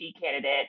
candidate